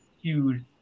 huge